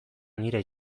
nire